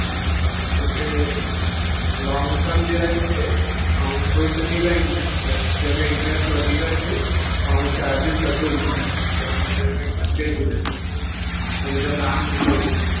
मूंखे long term जे लाइ खपे ऐं कोई सुठी बैंक में खपे जंहिंमें इन्ट्रेस्ट वधीक अचे ऐं चार्जिस घटि हुजनि जंहिं बैंक जा ऐं जंहिं बैंक में सेफ हुजनि ऐं जंहिंजो प्लान सुठो हुजे